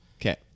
Okay